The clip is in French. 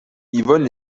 yvonne